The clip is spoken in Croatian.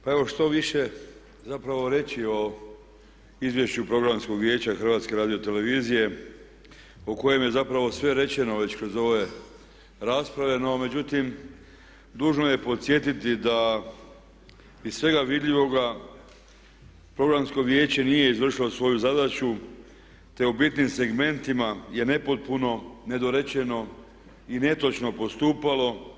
Pa evo što više zapravo reći o Izvješću Programskog vijeća HRT-a u kojem je zapravo sve rečeno već kroz ove rasprave, no međutim dužnost je podsjetiti da iz svega vidljivoga programsko vijeće nije izvršilo svoju zadaću te u bitnim segmentima je nepotpuno, nedorečeno i netočno postupalo.